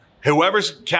Whoever's